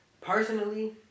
Personally